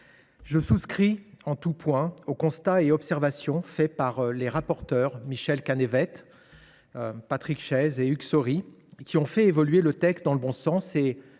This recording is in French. Je souscris en tout point aux constats et aux observations des rapporteurs Michel Canévet, Patrick Chaize et Hugues Saury, qui ont fait évoluer le texte dans le bon sens –